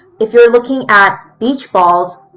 if you're looking at beach balls,